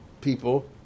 people